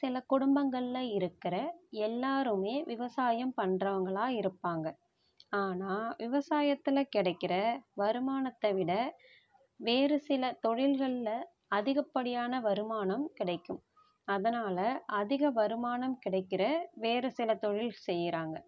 சில குடும்பங்களில் இருக்கிற எல்லாருமே விவசாயம் பண்றவங்களாக இருப்பாங்க ஆனால் விவசாயத்தில் கிடைக்கிற வருமானத்தை விட வேறு சில தொழில்களில் அதிகப்படியான வருமானம் கிடைக்கும் அதனால் அதிக வருமானம் கிடைக்கிற வேறு சில தொழில் செய்கிறாங்க